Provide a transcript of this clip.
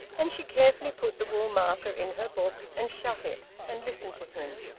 and she carefully put the wool-marker in her book and shut it, and listened to him.